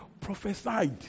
prophesied